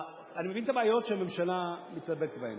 אני מבין את הבעיות שהממשלה מתלבטת בהן.